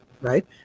right